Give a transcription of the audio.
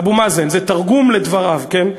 אבו מאזן, זה תרגום של דבריו, כן?